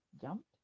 Jumped